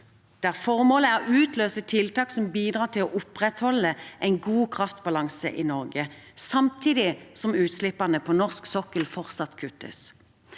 der formålet er å utløse tiltak som bidrar til å opprettholde en god kraftbalanse i Norge samtidig som utslippene på norsk sokkel fortsatt kuttes.